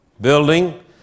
building